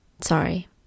Sorry